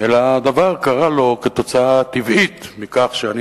אלא הדבר קרה לו כתוצאה טבעית מכך שאני